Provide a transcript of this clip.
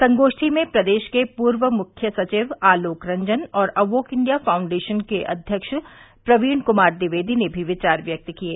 संगोष्ठी में प्रदेश के पूर्व मुख्य सचिव आलोक रंजन और अवोक इंडिया फाउण्डेशन के अध्यक्ष प्रवीण कुमार ट्विवेदी ने भी विचार व्यक्त किये